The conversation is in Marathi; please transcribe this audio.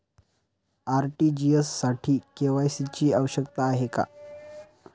आर.टी.जी.एस साठी के.वाय.सी ची आवश्यकता आहे का?